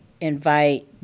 invite